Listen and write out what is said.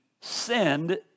send